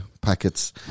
packets